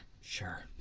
Sure